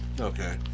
Okay